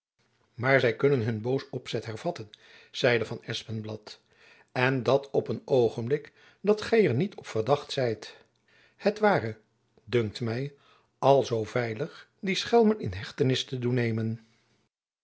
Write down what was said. maar zy kunnen hun boos opzet hervatten zeide van espenblad en dat op een oogenblik dat gy er niet op verdacht zijt het ware dunkt my al zoo veilig die schelmen in hechtenis te doen nemen